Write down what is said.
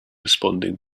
responding